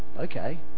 okay